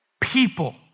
people